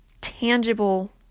tangible